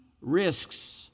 risks